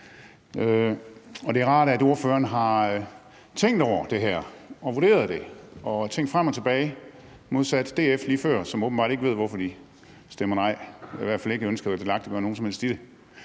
det er rart, at ordføreren har tænkt over det her, vurderet det og tænkt frem og tilbage modsat DF lige før, som åbenbart ikke ved, hvorfor de stemmer nej, eller i hvert fald ikke ønsker at delagtiggøre nogen som helst i det.